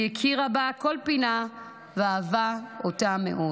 היא הכירה בה כל פינה ואהבה אותה מאוד,